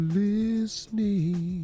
listening